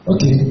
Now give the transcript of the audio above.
Okay